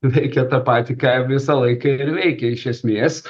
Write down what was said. veikia tą patį ką visą laiką ir veikė iš esmės